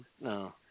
No